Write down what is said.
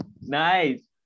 nice